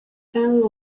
and